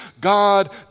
God